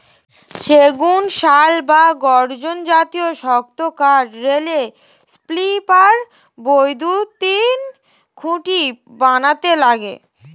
সেগুন, শাল বা গর্জন জাতীয় শক্ত কাঠ রেলের স্লিপার, বৈদ্যুতিন খুঁটি বানাতে লাগে